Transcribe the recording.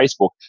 Facebook